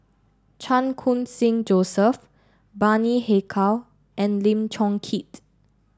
Chan Khun Sing Joseph Bani Haykal and Lim Chong Keat